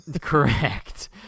Correct